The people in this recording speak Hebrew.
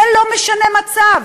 זה לא משנה מצב.